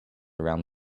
around